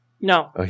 No